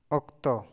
ᱚᱠᱛᱚ